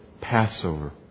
Passover